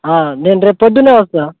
నేను రేపు పొద్దున్నే వస్తా